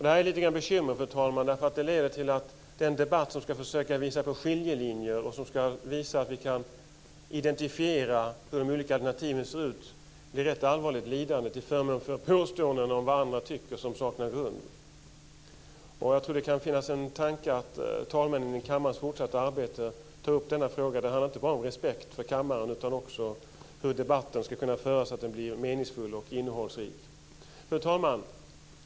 Det här är lite av ett bekymmer, fru talman, därför att det leder till att den debatt som ska försöka visa på skiljelinjer och visa att vi kan identifiera hur de olika alternativen ser ut blir rätt allvarligt lidande till förmån för påståenden om vad andra tycker som saknar grund. Jag tror att det kan finnas en tanke i att talmännen inför kammarens fortsatta arbete tar upp denna fråga. Det handlar inte bara om respekt för kammaren, utan också om hur debatten ska kunna föras så att den blir meningsfull och innehållsrik. Fru talman!